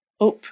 up